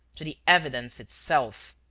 to the evidence itself.